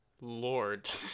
lord